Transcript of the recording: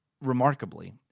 remarkably